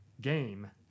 game